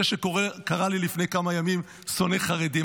זה שקרא לי לפני כמה ימים "שונא חרדים",